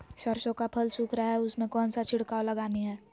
सरसो का फल सुख रहा है उसमें कौन सा छिड़काव लगानी है?